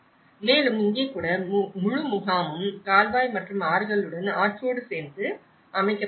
மேலும் இங்கே கூட முழு முகாமும் கால்வாய் மற்றும் ஆறுகளுடன் ஆற்றோடு சேர்ந்து அமைக்கப்பட்டுள்ளது